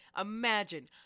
Imagine